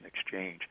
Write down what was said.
exchange